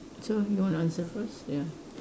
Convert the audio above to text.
so you want to answer first ya